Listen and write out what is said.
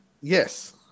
Yes